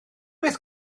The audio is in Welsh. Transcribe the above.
beth